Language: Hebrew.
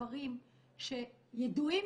אדוני היושב-ראש,